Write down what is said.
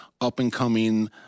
up-and-coming